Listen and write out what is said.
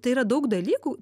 tai yra daug dalykų